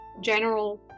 general